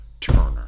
Turner